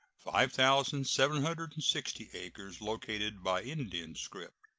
five thousand seven hundred and sixty acres located by indian scrip.